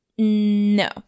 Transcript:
No